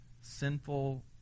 sinful